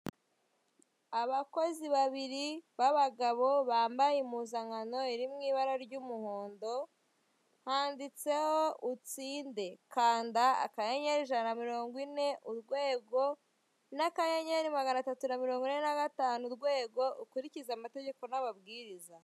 Abakozi babiri b'abagabo bambaye impuzankano iri mw'ibara ry'umuhondo handitseho utsinde kanda akanyenyeri ijana na mirongo ine urwego n'akanyenyeri magana atatu na mirongo ine nagatanu urwego ukurikize amategeko n'amabwiriza.